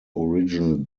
original